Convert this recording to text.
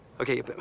Okay